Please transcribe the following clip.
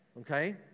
okay